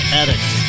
addicts